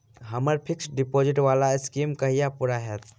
हम्मर fixed deposit वला scheme कहिया पूरा हैत?